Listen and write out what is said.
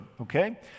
okay